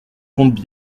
compte